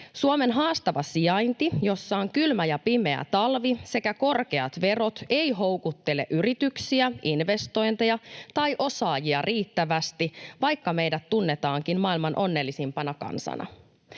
Suomen haastava sijainti, jossa on kylmä ja pimeä talvi, sekä korkeat verot eivät houkuttele yrityksiä, investointeja tai osaajia riittävästi, vaikka meidät tunnetaankin maailman onnellisimpana kansana.